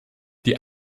die